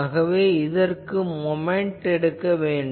ஆகவே நாம் இதற்கு மொமென்ட் எடுக்க வேண்டும்